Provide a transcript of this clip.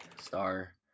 star